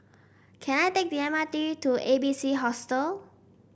can I take the M R T to A B C Hostel